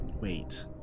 Wait